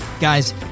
Guys